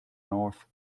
north